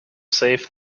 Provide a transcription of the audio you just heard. safe